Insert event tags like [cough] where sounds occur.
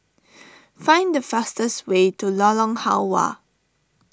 [noise] find the fastest way to Lorong Halwa